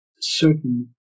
certain